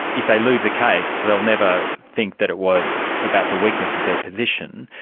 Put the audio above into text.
if they lose a case, they'll never think that it was about the weakness of their position,